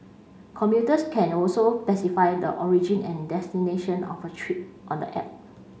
commuters can also specify the origin and destination of a trip on the app